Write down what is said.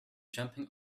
jumping